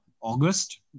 August